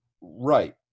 right